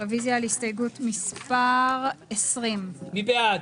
רוויזיה על הסתייגות מס' 27. מי בעד,